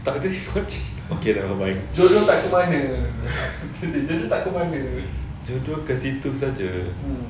but this okay nevermind jodoh ke situ saja